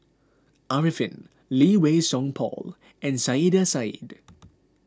Arifin Lee Wei Song Paul and Saiedah Said